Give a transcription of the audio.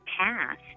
past